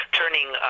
turning